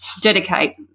dedicate